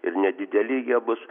ir nedideli jie bus